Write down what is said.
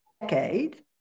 decade